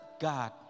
God